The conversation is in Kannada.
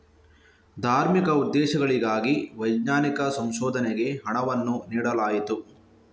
ಧಾರ್ಮಿಕ ಉದ್ದೇಶಗಳಿಗಾಗಿ ವೈಜ್ಞಾನಿಕ ಸಂಶೋಧನೆಗೆ ಹಣವನ್ನು ನೀಡಲಾಯಿತು